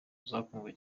zakunzwe